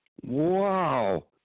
Wow